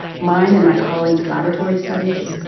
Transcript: mine and my colleagues' laboratory studies,